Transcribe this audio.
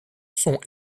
sont